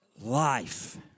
Life